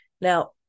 Now